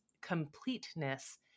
completeness